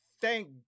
Thank